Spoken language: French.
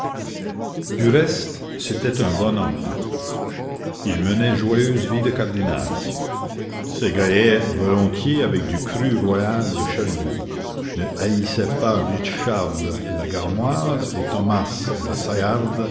du reste c'était un bon homme il menait joyeuse vie de cardinal s'égayait volontiers avec du cru royal de challuau ne haïssait pas richarde la garmoise et thomasse la